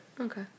Okay